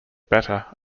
better